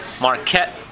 Marquette